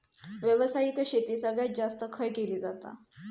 व्यावसायिक शेती सगळ्यात जास्त खय केली जाता?